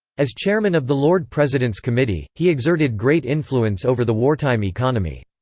as chairman of the lord president's committee, he exerted great influence over the wartime economy.